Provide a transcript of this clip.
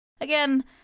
Again